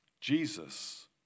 Jesus